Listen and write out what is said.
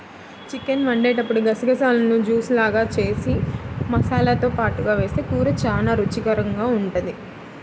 chicken వండేటప్పుడు గసగసాలను juice లాగా జేసి మసాలాతో పాటుగా వేస్తె కూర చానా రుచికరంగా ఉంటది